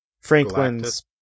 Franklin's